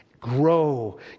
grow